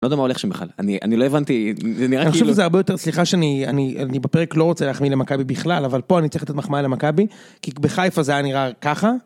לא יודע מה הולך שם בכלל, אני לא הבנתי, זה נראה כאילו... אני חושב שזה הרבה יותר... סליחה שאני בפרק לא רוצה להחמיא למכבי בכלל, אבל פה אני צריך לתת מחמאה למכבי, כי בחיפה זה היה נראה ככה.